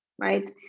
right